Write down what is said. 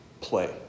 play